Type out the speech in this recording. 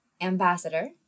ambassador